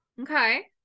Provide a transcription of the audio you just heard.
Okay